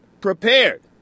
prepared